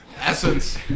Essence